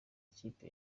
ikipe